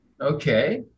Okay